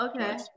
Okay